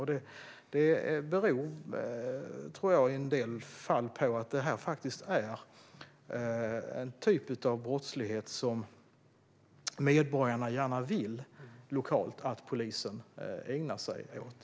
Jag tror att det i en del fall beror på att detta är en typ av brottslighet som medborgarna lokalt gärna vill att polisen ägnar sig åt.